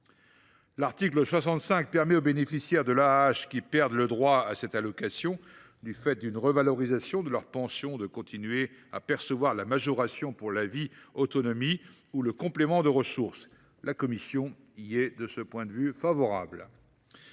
L’article 65 permet quant à lui aux bénéficiaires de l’AAH qui perdent le droit à cette allocation du fait d’une revalorisation de leur pension de continuer à percevoir la majoration pour la vie autonome ou le complément de ressources. La commission y est favorable.